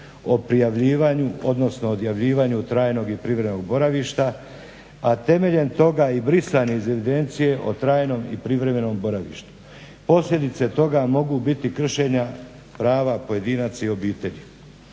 o prijavljivanju odnosno odjavljivanju trajnog i privremenog boravišta, a temeljem toga i brisanje iz evidencije o trajnom i privremenom boravištu. Posljedice toga mogu biti kršenja prava pojedinaca i obitelji.